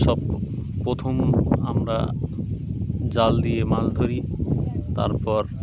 সব প্রথম আমরা জাল দিয়ে মাছ ধরি তারপর